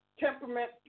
temperament